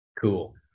Cool